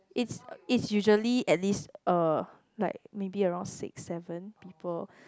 it's it's usually at least uh like maybe around six seven people